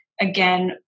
again